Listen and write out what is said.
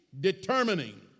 determining